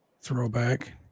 Throwback